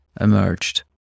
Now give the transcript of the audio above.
emerged